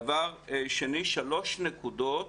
דבר שני, שלוש נקודות